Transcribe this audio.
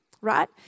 right